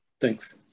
Thanks